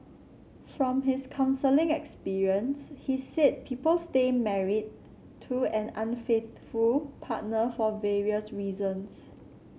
from his counselling experience he said people stay married to an unfaithful partner for various reasons